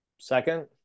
Second